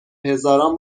هزاران